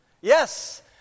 Yes